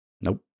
Nope